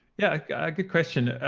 yeah, a good question.